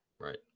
Right